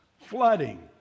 Flooding